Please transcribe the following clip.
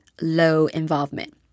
low-involvement